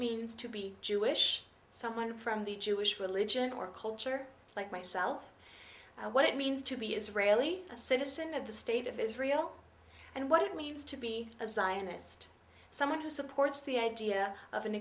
means to be jewish someone from the jewish religion or culture like myself what it means to be israeli a citizen of the state of israel and what it means to be a zionist someone who supports the idea of an